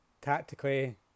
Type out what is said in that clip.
tactically